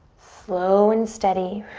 slow and steady.